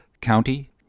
county